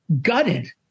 gutted